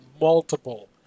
multiple